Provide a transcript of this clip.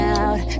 out